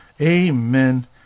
Amen